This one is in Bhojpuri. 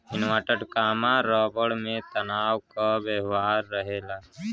रबर में तनाव क व्यवहार रहेला